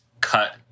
cut